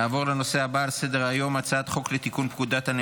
אני קובע כי הצעת חוק לתיקון פקודת מס הכנסה (העברת מידע לבקשת